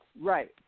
right